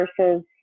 versus